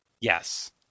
Yes